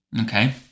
okay